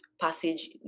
passage